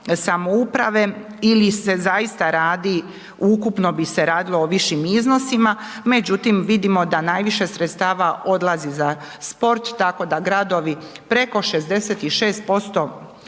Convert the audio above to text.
samouprave ili se zaista radi ukupno bi se radilo o višim iznosima. Međutim, vidimo da najviše sredstava odlazi za sport, tako da gradovi preko 66%